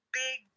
big